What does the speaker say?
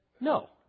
no